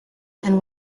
and